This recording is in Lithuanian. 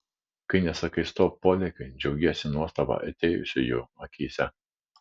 kai nesakai stop polėkiui džiaugiesi nuostaba atėjusiųjų akyse